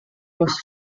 was